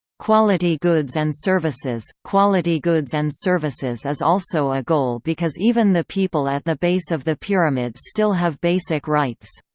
quality goods and services quality goods and services is also a goal because even the people at the base of the pyramid still have basic rights.